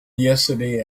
yesterday